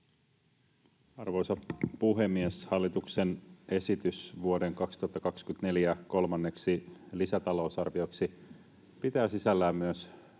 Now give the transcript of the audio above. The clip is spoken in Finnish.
Arvoisa puhemies! Hallituksen esitys vuoden 2024 kolmanneksi lisätalousarvioksi pitää sisällään myös